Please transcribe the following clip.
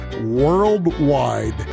worldwide